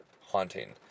haunting